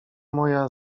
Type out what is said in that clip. moja